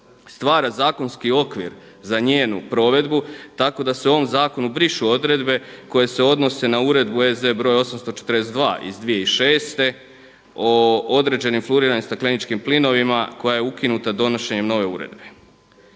stvara zakonski okvir za njenu provedbu, tako da se u ovom zakonu brišu odredbe koje se odnose na Uredbu EZ 842 iz 2006. o određenim fluoriranim stakleničkim plinovima koja je ukinuta donošenjem nove uredbe.